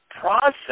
process